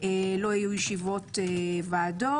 לא יהיו ישיבות ועדות.